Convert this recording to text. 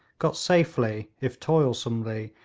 got safely, if toilsomely,